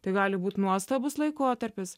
tai gali būt nuostabus laikotarpis